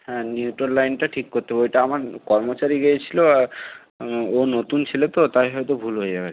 হ্যাঁ নিউট্রাল লাইনটা ঠিক করতে হবে ওইটা আমার কর্মচারী গিয়েছিল ও নতুন ছেলে তো তাই হয়তো ভুল হয়ে গেছে